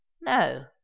No